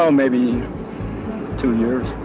um maybe two years.